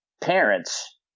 parents